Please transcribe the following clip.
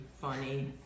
funny